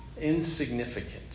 insignificant